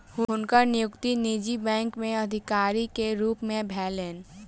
हुनकर नियुक्ति निजी बैंक में अधिकारी के रूप में भेलैन